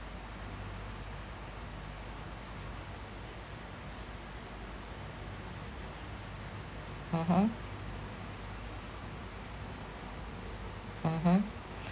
mmhmm mmhmm